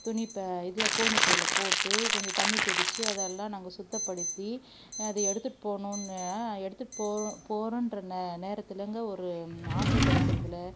துணி ப இதில் கோணிப்பைல போட்டு கொஞ்சம் தண்ணி தெளிச்சு அதெல்லாம் நாங்கள் சுத்தப்படுத்தி அதை எடுத்துகிட்டு போகணும்னா எடுத்துகிட்டு போகிறோம் போகிறோன்ற நே நேரத்திலங்க ஒரு ஆட்டோ கிடைக்கிறதுல